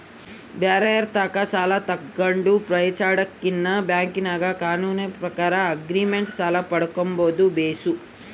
ಬ್ಯಾರೆರ್ ತಾಕ ಸಾಲ ತಗಂಡು ಪೇಚಾಡದಕಿನ್ನ ಬ್ಯಾಂಕಿನಾಗ ಕಾನೂನಿನ ಪ್ರಕಾರ ಆಗ್ರಿಮೆಂಟ್ ಸಾಲ ಪಡ್ಕಂಬದು ಬೇಸು